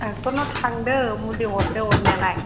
ड'क्टरनाव थांदो मुलि हरदो हरनायालाय